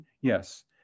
yes